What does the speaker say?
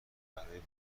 برای